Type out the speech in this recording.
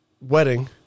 wedding